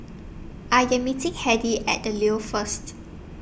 I Am meeting Heidi At The Leo First